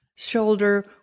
Shoulder